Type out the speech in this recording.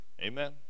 Amen